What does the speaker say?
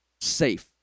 safe